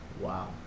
Wow